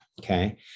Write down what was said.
okay